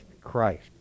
Christ